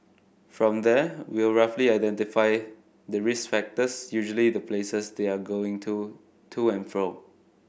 from there we'll roughly identify the risk factors usually the places they're going to to and fro